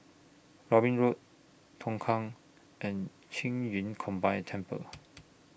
Robin Road Tongkang and Qing Yun Combined Temple